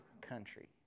Country